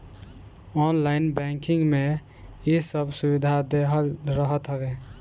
online banking में इ सब सुविधा देहल रहत हवे